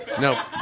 No